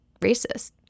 racist